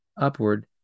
upward